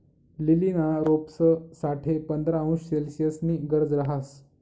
लीलीना रोपंस साठे पंधरा अंश सेल्सिअसनी गरज रहास